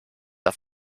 auf